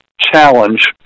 challenge